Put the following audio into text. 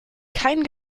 kein